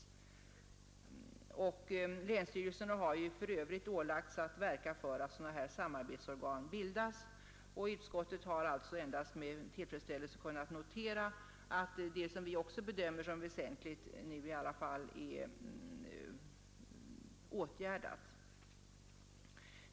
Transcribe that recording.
Länsstyrelserna har för övrigt ålagts verka för att sådana samarbetsorgan bildas. Utskottet har alltså med tillfredsställelse kunnat notera att det som vi också bedömer som väsentligt nu i alla fall är åtgärdat.